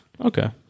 Okay